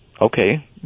okay